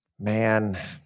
Man